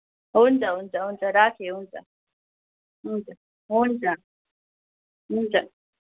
हुन्छ हुन्छ हुन्छ राखेँ हुन्छ हुन्छ हुन्छ हुन्छ